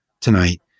tonight